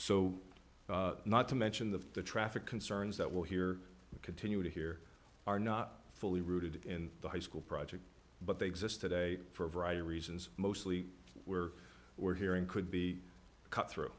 so not to mention the traffic concerns that we'll hear continue to hear are not fully rooted in the high school project but they exist today for a variety of reasons mostly where we're hearing could be cut through